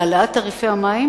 בהחלטה להעלות את תעריפי המים.